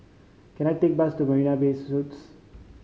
can I take a bus to Marina Bay Suites